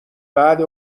بعد